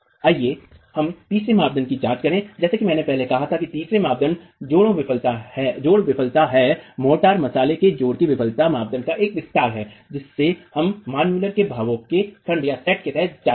आइए हम तीसरे मापदंड की जांच करें जैसा कि मैंने कहा था कि तीसरी मापदण्डता जोड़ों विफलता है मोर्टारमसले के जोड़ों कि विफलता मानदंड का एक विस्तार है जिसे हमने मान मुलर के भावों के खंडसेट के तहत जांचा